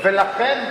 לכן,